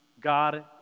God